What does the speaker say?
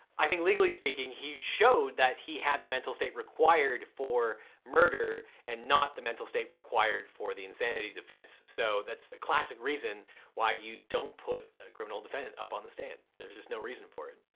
i think legally speaking, he showed that he had the mental state required for murder and not the mental state required for the insanity defense. so that's a classic reason why you don't put a criminal defendant up on the stand. there's just no reason for it.